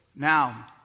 Now